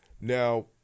Now